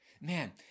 Man